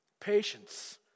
patience